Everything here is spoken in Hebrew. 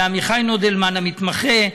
לעמיחי נודלמן המתמחה,